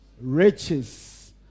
Riches